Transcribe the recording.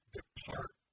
depart